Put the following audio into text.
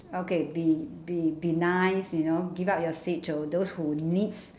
okay be be be nice you know give up your seat to those who needs